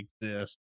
exist